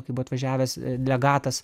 kai buvo atvažiavęs legatas